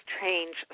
change